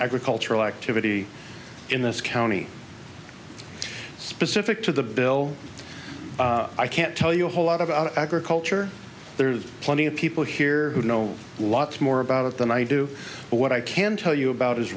agricultural activity in this county specific to the bill i can't tell you a whole lot about agriculture there's plenty of people here who know lots more about it than i do but what i can tell you about is